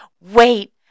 wait